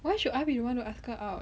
why should I be the one to ask her out